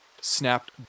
snapped